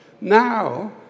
Now